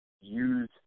use